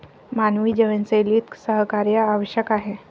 मानवी जीवनशैलीत सहकार्य आवश्यक आहे